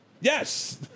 Yes